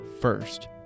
first